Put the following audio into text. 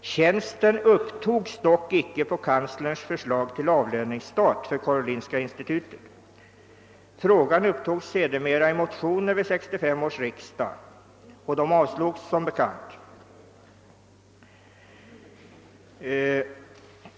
Tjänsten upptogs dock icke på kanslerns förslag till avlöningsstat för Karolinska institutet. Frågan upptogs sedermera i motioner vid 1965 års riksdag.» Dessa avslogs som bekant.